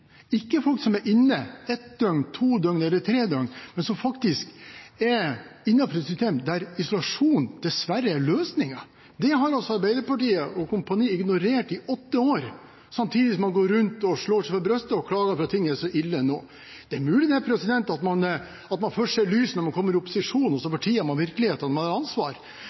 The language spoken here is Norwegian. ikke folk som er inne ett døgn, to døgn eller tre døgn, men som faktisk er innenfor et system der isolasjon dessverre er løsningen. Det har Arbeiderpartiet og kompani ignorert i åtte år – samtidig som man går rundt og slår seg på brystet og klager over at ting er så ille nå. Det er mulig at man først ser lyset når man kommer i opposisjon, og så fortier man virkeligheten når man har ansvar.